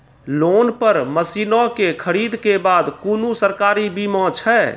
Loan पर मसीनऽक खरीद के बाद कुनू सरकारी बीमा छै?